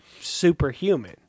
superhuman